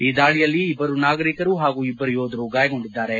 ಈ ದಾಳಿಯಲ್ಲಿ ಇಬ್ಬರು ನಾಗರಿಕರು ಹಾಗೂ ಇಬ್ಬರು ಯೋಧರು ಗಾಯಗೊಂಡಿದ್ದಾರೆ